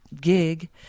gig